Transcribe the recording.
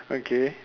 okay